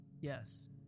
Yes